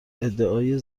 ادعای